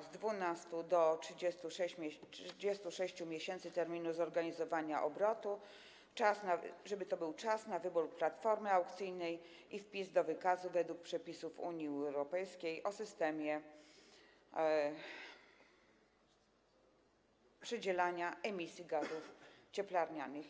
z 12 do 36 miesięcy terminu zorganizowania obrotu, żeby to był czas na wybór platformy aukcyjnej i wpis do wykazu według przepisów Unii Europejskiej o systemie przydzielania emisji gazów cieplarnianych.